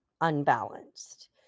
unbalanced